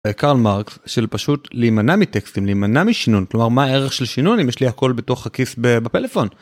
קרל מרקס של פשוט להימנע מטקסטים להימנע משינון כלומר מה הערך של שינון אם יש לי הכל בתוך הכיס בפלאפון.